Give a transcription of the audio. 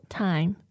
time